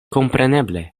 kompreneble